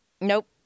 nope